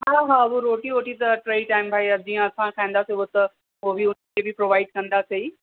हा हा उओ रोटी वोटी त टई टाइम भई जीअं असां खाईंदासीं उहो त उहो बि हुनखे बि प्रोवाइड कंदासीं ई